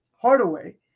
Hardaway